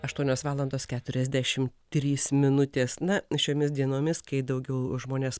aštuonios valandos keturiasdešim trys minutės na šiomis dienomis kai daugiau žmonės